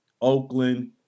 oakland